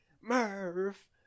Murph